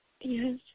Yes